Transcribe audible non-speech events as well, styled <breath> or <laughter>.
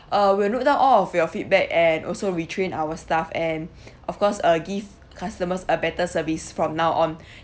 uh we will note down all of your feedback and also retrain our staff and <breath> of course uh give customers a better service from now on <breath>